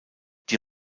die